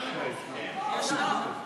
ישנה, ישנה,